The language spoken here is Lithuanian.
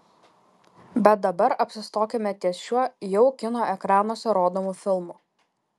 bet dabar apsistokime ties šiuo jau kino ekranuose rodomu filmu